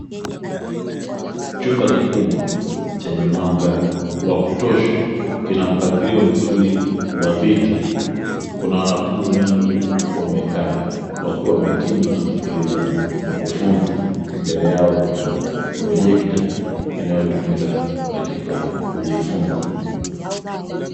Chumba kikubwa chenye mwanga wa kutosha kina mpangilio mzuri wa viti, kuna wanafunzi wengi wamekaa wakiwa makini wanamsikiliza mkufunzi mbele yao kuna projector inayotumika katika kujifunza.